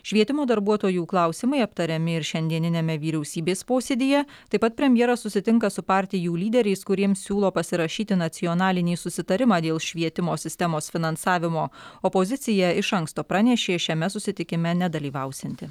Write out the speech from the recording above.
švietimo darbuotojų klausimai aptariami ir šiandieniniame vyriausybės posėdyje taip pat premjeras susitinka su partijų lyderiais kuriems siūlo pasirašyti nacionalinį susitarimą dėl švietimo sistemos finansavimo opozicija iš anksto pranešė šiame susitikime nedalyvausianti